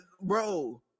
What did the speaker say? bro